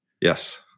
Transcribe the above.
Yes